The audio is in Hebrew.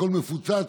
הכול מפוצץ,